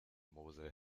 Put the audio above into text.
mosel